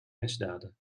misdaden